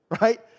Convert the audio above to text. right